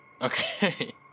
Okay